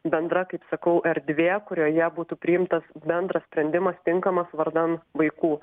bendra kaip sakau erdvė kurioje būtų priimtas bendras sprendimas tinkamas vardan vaikų